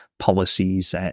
policies